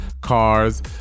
cars